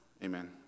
Amen